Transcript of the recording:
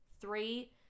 Three